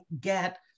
get